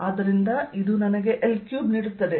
ಆದ್ದರಿಂದ ಇದು ನನಗೆ L3 ನೀಡುತ್ತದೆ